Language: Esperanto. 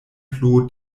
plu